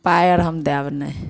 पाइ आर हम देब नहि